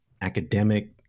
academic